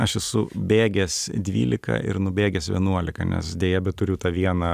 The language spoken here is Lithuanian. aš esu bėgęs dvylika ir nubėgęs vienuolika nes deja bet turiu tą vieną